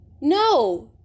no